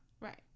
Right